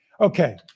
Okay